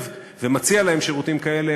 רוכלים ושאר אנשים שמציעים משירותים ועד קמעות,